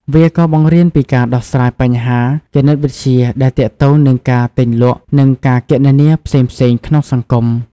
វាក៏បង្រៀនពីការដោះស្រាយបញ្ហាគណិតវិទ្យាដែលទាក់ទងនឹងការទិញលក់ និងការគណនាផ្សេងៗក្នុងសង្គម។